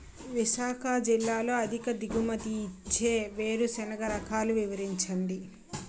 విశాఖ జిల్లాలో అధిక దిగుమతి ఇచ్చే వేరుసెనగ రకాలు వివరించండి?